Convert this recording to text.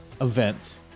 event